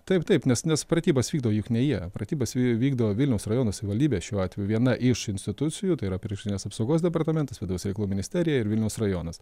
taip taip nes nes pratybas vykdo juk ne jie pratybas vykdo vilniaus rajono savivaldybė šiuo atveju viena iš institucijų tai yra priešgaisrinės apsaugos departamentas vidaus reikalų ministerija ir vilniaus rajonas